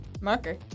Marker